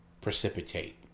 precipitate